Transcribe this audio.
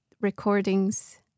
recordings